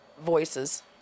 Voices